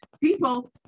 people